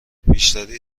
بیشتری